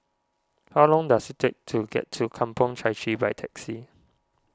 how long does it take to get to Kampong Chai Chee by taxi